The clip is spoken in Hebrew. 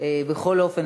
בכל אופן,